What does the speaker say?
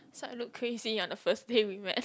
so I look crazy on the first day we met